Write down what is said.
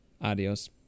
Adios